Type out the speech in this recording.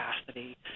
capacity